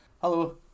Hello